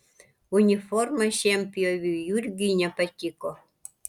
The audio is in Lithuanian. uniforma šienpjoviui jurgiui nepatiko